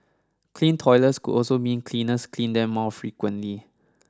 clean toilets could also mean cleaners clean them more frequently